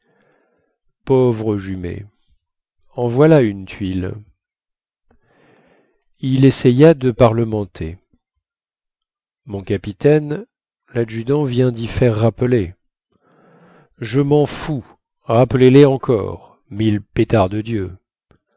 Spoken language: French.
pauvre jumet en voilà une tuile il essaya de parlementer mon capitaine ladjudant vient dy faire rappeler je men fous rappelez les encore mille pétards de dieu